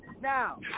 Now